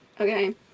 okay